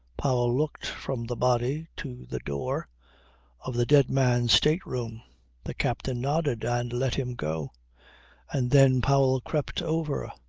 powell looked from the body to the door of the dead man's state-room. the captain nodded and let him go and then powell crept over,